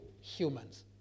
humans